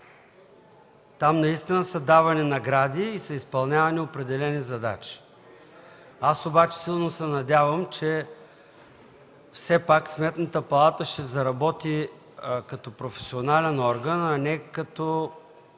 Там наистина са давани награди и са изпълнявани определени задачи. Аз обаче силно се надявам, че все пак Сметната палата ще заработи като професионален орган, а не като...